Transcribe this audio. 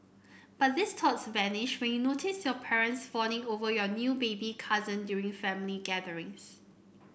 but these vanished when notice your parents fawning over your new baby cousin during family gatherings